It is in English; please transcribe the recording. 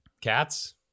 Cats